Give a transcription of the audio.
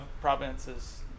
provinces